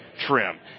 trim